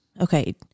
okay